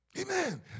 Amen